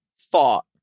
thought